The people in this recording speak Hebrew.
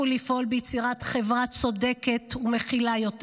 ולפעול ביצירת חברה צודקת ומכילה יותר,